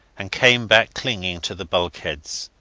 and came back clinging to the bulkheads.